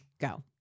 Go